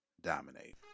dominate